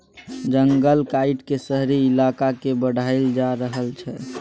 जंगल काइट के शहरी इलाका के बढ़ाएल जा रहल छइ